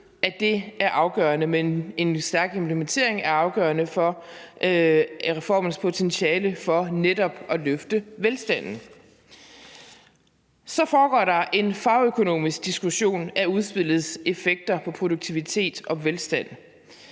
at det er afgørende med en stærk implementering, og at den er afgørende for reformens potentiale for netop at løfte velstanden. Så foregår der en fagøkonomisk diskussion af udspillets effekter på produktivitet og velstand.